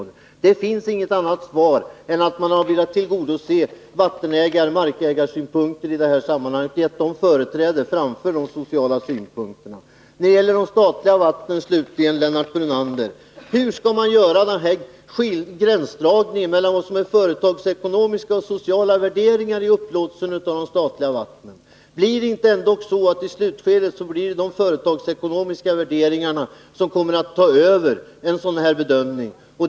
Det finns inget annat svar än att man veiat tillgodose vattenägaroch markägarsynpunkter i det här sammanhanget och att man gett dem företräde framför de sociala synpunkterna. Slutligen vill jag ta upp frågan om de statliga vattnen och fråga Lennart Brunander: Hur skall man göra gränsdragningen mellan vad som är företagsekonomiska och vad som är sociala värderingar vid upplåtelsen av de statliga vattnen? Blir det inte ändå i slutskedet så, att de företagsekonomiska värderingarna kommer att väga tyngst vid en sådan bedömning?